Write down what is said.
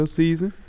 season